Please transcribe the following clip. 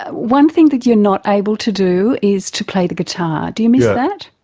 one thing that you're not able to do is to play the guitar. do you miss that?